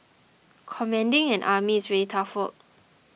commanding an army is really tough work